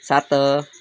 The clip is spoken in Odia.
ସାତ